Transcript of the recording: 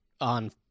on